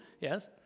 Yes